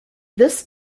this